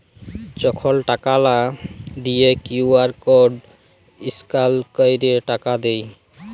যখল টাকা লা দিঁয়ে কিউ.আর কড স্ক্যাল ক্যইরে টাকা দেয়